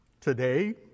Today